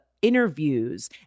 interviews